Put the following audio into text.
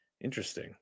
Interesting